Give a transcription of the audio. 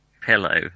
pillow